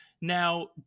Now